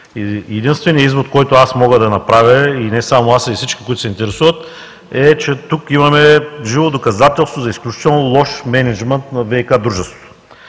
Единственият извод, който аз мога да направя и не само аз, а и всички, които се интересуват е, че тук имаме живо доказателство за изключително лош мениджмънт на ВиК дружеството.